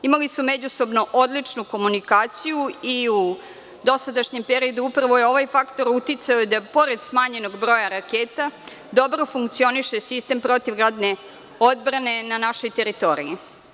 Imali su međusobno odličnu komunikaciju i u dosadašnjem periodu je upravo ovaj faktor uticao da pored smanjenog broja raketa dobro funkcioniše sistem protivgradne odbrane na našoj teritoriji.